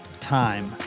time